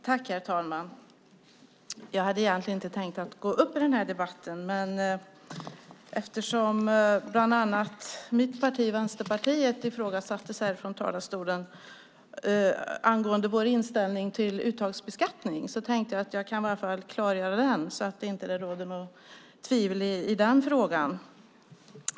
Herr talman! Jag hade inte tänkt gå upp i den här debatten, men eftersom Vänsterpartiet ifrågasattes angående inställningen till uttagsbeskattning ska jag klargöra det så att det inte råder något tvivel om det.